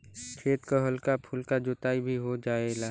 खेत क हल्का फुल्का जोताई भी हो जायेला